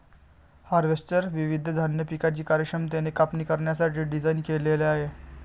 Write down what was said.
harvester विविध धान्य पिकांची कार्यक्षमतेने कापणी करण्यासाठी डिझाइन केलेले आहे